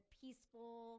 peaceful